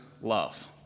love